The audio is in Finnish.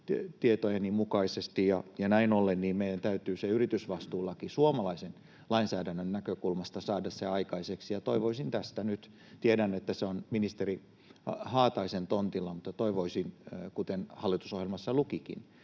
tietojeni mukaan, ja näin ollen meidän täytyy se yritysvastuulaki suomalaisen lainsäädännön näkökulmasta saada aikaiseksi. Toivoisin tästä nyt — tiedän, että se on ministeri Haataisen tontilla, mutta toivoisin, kuten hallitusohjelmassa lukikin